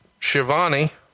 Shivani